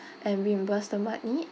and reimbursed the money